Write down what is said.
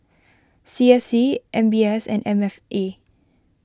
C S C M B S and M F A